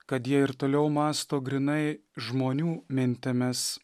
kad jie ir toliau mąsto grynai žmonių mintimis